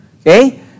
Okay